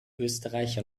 österreich